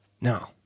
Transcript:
No